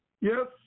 Yes